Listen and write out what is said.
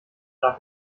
dafür